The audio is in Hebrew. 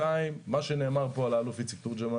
שנית, מה שנאמר פה על האלוף איציק תורג'מן